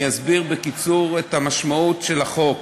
אני אסביר בקיצור את המשמעות של החוק.